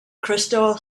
crystal